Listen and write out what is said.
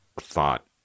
thought